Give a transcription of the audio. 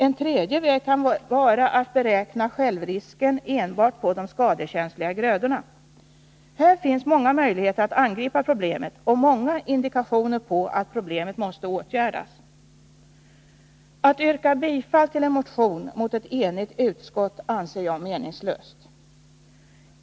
En tredje väg kan vara att beräkna självrisken enbart på de skadekänsliga grödorna. Här finns många möjligheter att angripa problemet och många indikationer på att problemet måste åtgärdas. Att yrka bifall till en motion mot ett enigt utskott anser jag meningslöst.